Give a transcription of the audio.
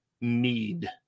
need